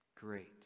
Great